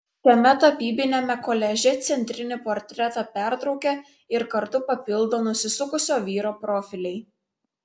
šiame tapybiniame koliaže centrinį portretą pertraukia ir kartu papildo nusisukusio vyro profiliai